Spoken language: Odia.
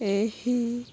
ଏହି